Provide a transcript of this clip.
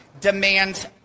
demands